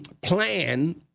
plan